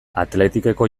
athleticeko